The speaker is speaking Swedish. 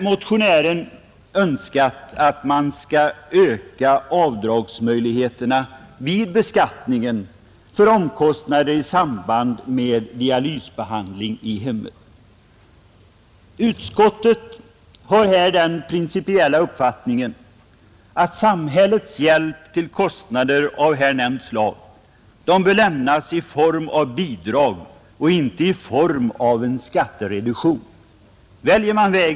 Motionären har önskat att man skall öka möjligheterna till avdrag vid beskattningen för omkostnader i samband med dialysbehandling i hemmet. Utskottet har den principiella uppfattningen att samhällets hjälp till kostnader av här nämnt slag bör lämnas i form av bidrag och inte i form av en skattereduktion.